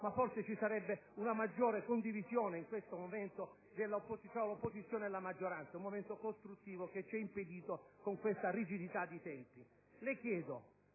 ma forse ci sarebbe una maggiore condivisione in questo momento fra l'opposizione e la maggioranza: un momento costruttivo che ci è stato impedito dalla rigidità dei tempi): lei ci